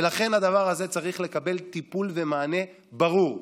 ולכן הדבר הזה צריך לקבל טיפול ומענה ברור,